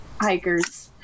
hikers